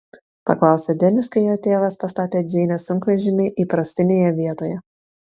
paklausė denis kai jo tėvas pastatė džeinės sunkvežimį įprastinėje vietoje